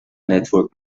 نتورک